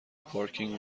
پارکینگ